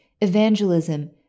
evangelism